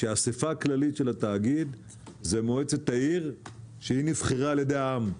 שהאסיפה הכללית של התאגיד זה מועצת העיר שהיא נבחרה על ידי העם.